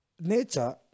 nature